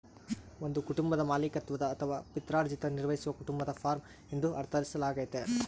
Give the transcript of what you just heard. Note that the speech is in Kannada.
ಒಂದು ಕುಟುಂಬದ ಮಾಲೀಕತ್ವದ ಅಥವಾ ಪಿತ್ರಾರ್ಜಿತ ನಿರ್ವಹಿಸುವ ಕುಟುಂಬದ ಫಾರ್ಮ ಎಂದು ಅರ್ಥೈಸಲಾಗ್ತತೆ